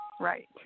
Right